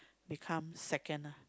become second ah